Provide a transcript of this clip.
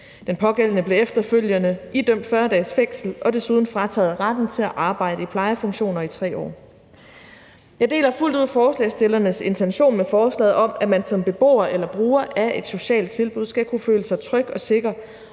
Den pågældende blev efterfølgende idømt 40 dages fængsel og desuden frataget retten til at arbejde i plejefunktioner i 3 år. Jeg deler fuldt ud forslagsstillernes intention med forslaget om, at man som beboer eller bruger af et socialt tilbud skal kunne føle sig tryg og sikker,